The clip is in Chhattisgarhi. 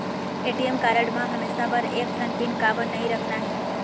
ए.टी.एम कारड म हमेशा बर एक ठन पिन काबर नई रखना हे?